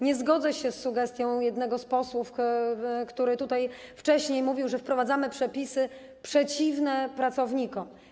Nie zgodzę się z sugestią jednego z posłów, który tutaj wcześniej mówił, że wprowadzamy przepisy przeciwne pracownikom.